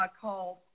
called